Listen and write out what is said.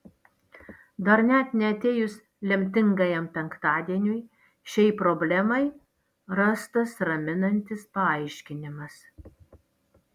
dar net neatėjus lemtingajam penktadieniui šiai problemai rastas raminantis paaiškinimas